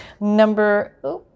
Number